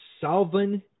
Salvin